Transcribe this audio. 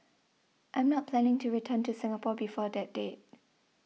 I'm not planning to return to Singapore before that date